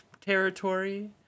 territory